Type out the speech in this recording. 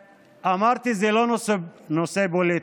אמרתי, זה לא נושא פוליטי,